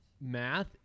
math